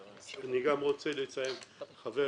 כי הבעיות שלך הן פה במשרד העבודה,